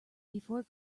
before